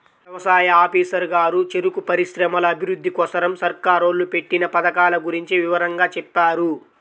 యవసాయ ఆఫీసరు గారు చెరుకు పరిశ్రమల అభిరుద్ధి కోసరం సర్కారోళ్ళు పెట్టిన పథకాల గురించి వివరంగా చెప్పారు